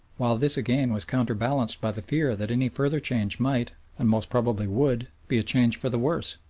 while this again was counterbalanced by the fear that any further change might, and most probably would, be a change for the worse.